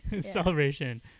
celebration